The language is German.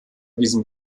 diesem